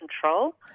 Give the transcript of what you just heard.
control